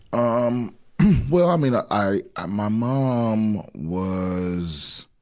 um well, i mean, i, i i my mom was,